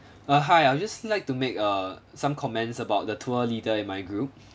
uh hi I'll just like to make a some comments about the tour leader in my group